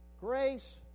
Grace